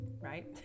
right